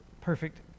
perfect